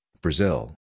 Brazil